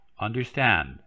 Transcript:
understand